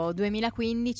2015